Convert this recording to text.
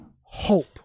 hope